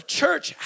church